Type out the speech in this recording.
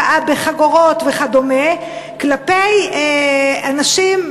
הכאה בחגורות וכדומה כלפי אנשים,